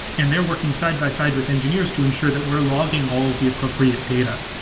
and they're working side-by-side with engineers to ensure that we're logging all of the appropriate data,